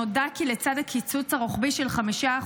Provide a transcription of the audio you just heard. נודע כי לצד הקיצוץ הרוחבי של 5%,